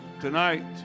Tonight